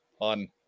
on